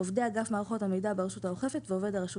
עובדי אגף מערכות המידע ברשות האוכפת ועובד הרשות